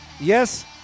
Yes